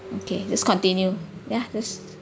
okay just continue ya just